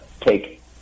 take